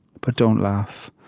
but don't laugh.